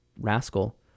rascal